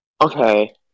Okay